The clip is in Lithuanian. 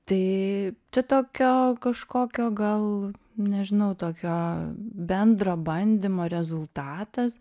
tai čia tokio kažkokio gal nežinau tokio bendro bandymo rezultatas